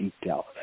detail